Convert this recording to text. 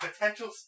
Potential